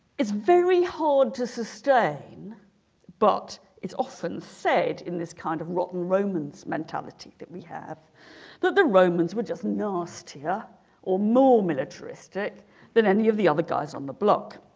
it's very hard to sustain but it's often said in this kind of rotten romans mentality that we have that the romans were just nastier or more militaristic than any of the other guys on the block